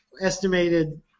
estimated